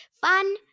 Fun